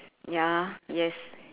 ya yes